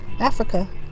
Africa